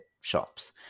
shops